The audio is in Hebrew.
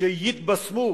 שיתבשרו